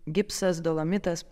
gipsas dolomitas